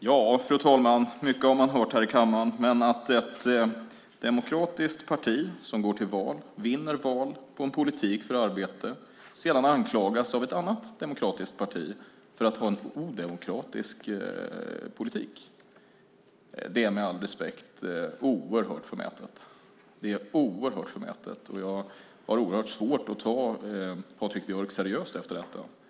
Fru talman! Mycket har man hört i kammaren, men att ett demokratiskt parti som går till val på och vinner val på en politik för arbete sedan anklagas av ett annat demokratiskt parti för att föra en odemokratisk politik, är, med all respekt, oerhört förmätet. Jag har svårt att ta Patrik Björck seriöst efter detta.